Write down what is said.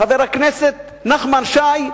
חבר הכנסת נחמן שי,